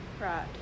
right